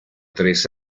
tres